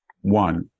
One